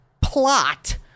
plot